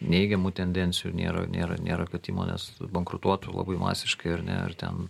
neigiamų tendencijų nėra nėra nėra kad įmonės bankrutuotų labai masiškai ar ne ar ten